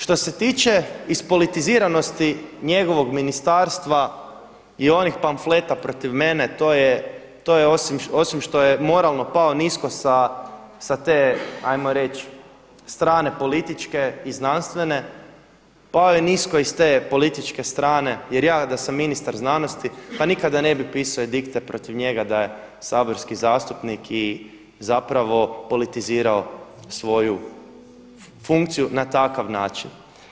Što se tiče ispolitiziranosti njegovog ministarstva i onih pamfleta protiv mene to je osim što je moralno pao nisko sa te ajmo reći strane političke i znanstvene, pao je nisko i s te političke strane jer ja da sam ministar znanosti pa nikada ne bi pisao edikte protiv njega da je saborski zastupnik i zapravo politizirao svoju funkciju na takav način.